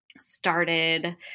started